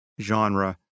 genre